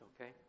okay